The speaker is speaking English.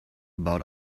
about